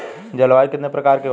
जलवायु कितने प्रकार की होती हैं?